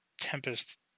Tempest